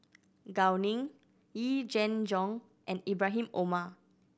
Gao Ning Yee Jenn Jong and Ibrahim Omar